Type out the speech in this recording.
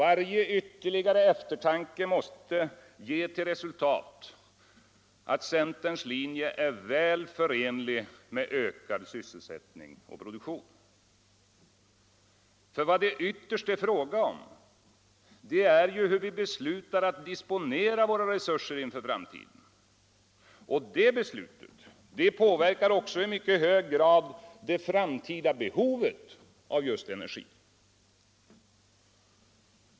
Varje ytterligare eftertanke måste ge till resultat att centerns linje är väl förenlig med ökad sysselsättning och produktion. Vad det ytterst är fråga om är ju hur vi beslutar att disponera våra resurser inför framtiden. Det beslutet påverkar också i mycket hög grad det framtida behovet av just energi.